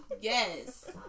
Yes